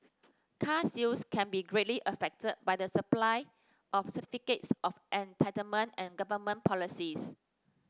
car sales can be greatly affected by the supply of certificates of entitlement and government policies